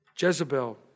Jezebel